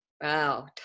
wow